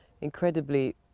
incredibly